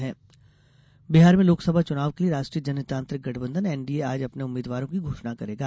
NDA Bihar उम्मीदवार बिहार में लोकसभा चुनाव के लिए राष्ट्रीय जनतांत्रिक गठबंधन एनडीए आज अपने उम्मीद्वारों की घोषणा करेगा